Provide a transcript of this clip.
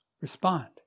respond